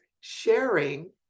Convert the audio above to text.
sharing